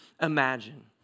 imagine